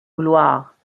gloire